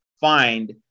find